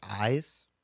eyes